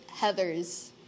heathers